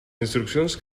instruccions